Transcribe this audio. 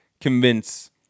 convince